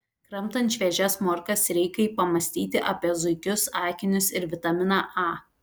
kramtant šviežias morkas reikai pamąstyti apie zuikius akinius ir vitaminą a